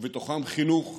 ובתוכם חינוך,